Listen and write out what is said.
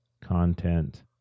content